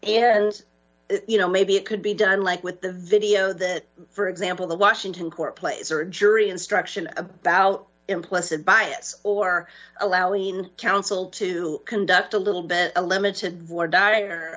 and you know maybe it could be done like with the video that for example the washington court place or jury instruction about implicit bias or allowing counsel to conduct a little bit of limited war dire